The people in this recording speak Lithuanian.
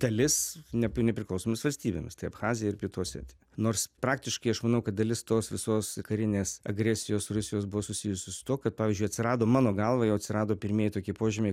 dalis ne nepriklausomomis valstybėms tai abchazija ir pietų osetija nors praktiškai aš manau kad dalis tos visos karinės agresijos rusijos buvo susijusi su tuo kad pavyzdžiui atsirado mano galva jau atsirado pirmieji tokie požymiai